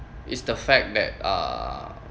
is the fact that uh